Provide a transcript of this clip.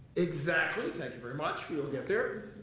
exactly, thank you very much. we'll get there.